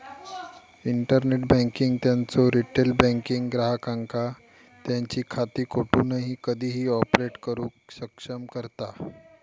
internet banking त्यांचो retail banking ग्राहकांका त्यांची खाती कोठूनही कधीही ऑपरेट करुक सक्षम करता